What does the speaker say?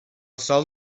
sol